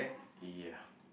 ya